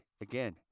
Again